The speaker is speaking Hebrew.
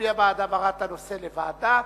מצביע בעד העברת הנושא לוועדה,